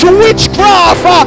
witchcraft